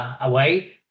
away